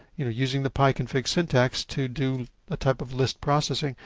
you know using the piconfig syntax to do a type of list processing.